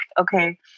okay